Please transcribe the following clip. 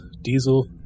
diesel